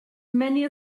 many